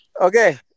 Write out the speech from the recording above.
okay